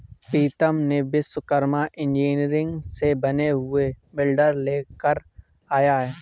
प्रीतम ने विश्वकर्मा इंजीनियरिंग से बने हुए वीडर लेकर आया है